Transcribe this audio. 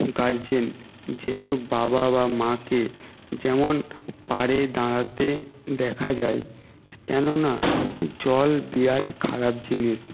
guardian যেহেতু বাবা বা মাকে যেমন পাড়ে দাঁড়াতে দেখা যায় কেননা জল বিরাট খারাপ জিনিস